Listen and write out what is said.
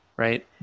Right